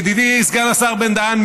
ידידי סגן השר בן דהן,